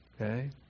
Okay